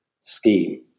scheme